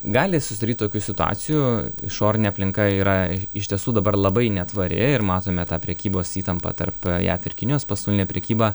gali susidaryt tokių situacijų išorinė aplinka yra i iš tiesų dabar labai netvari ir matome tą prekybos įtampą tarp jav ir kinijos pasaulinė prekyba